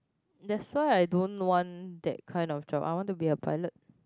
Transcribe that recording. that's why I don't want that kind of job I want to be a pilot